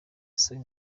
asaba